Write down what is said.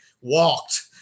walked